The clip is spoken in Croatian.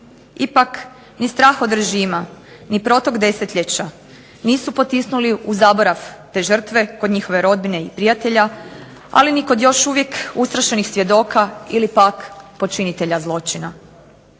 Ipak ni strah od režima, ni protok desetljeća nisu potisnuli u zaborav te žrtve kod njihove rodbine i prijatelja, ali ni kod još uvijek ustrašenih svjedoka ili pak počinitelja zločina.